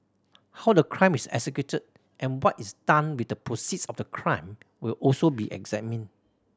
how the crime is executed and what is done with the proceeds of the crime will also be examined